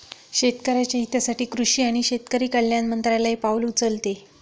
शेतकऱ्याच्या हितासाठी कृषी आणि शेतकरी कल्याण मंत्रालय पाउल उचलते